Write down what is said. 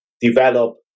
develop